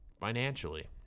financially